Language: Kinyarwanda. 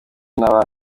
n’aba